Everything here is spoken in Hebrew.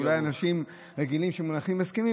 אולי אנשים רגילים שמונחים הסכמים.